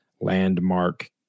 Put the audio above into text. landmark